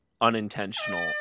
unintentional